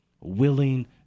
willing